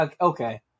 Okay